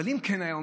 אבל אם כן היה,